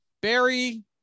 Barry